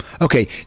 Okay